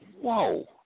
Whoa